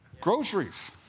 groceries